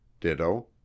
ditto